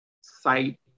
site